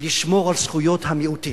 לשמור על זכויות המיעוטים,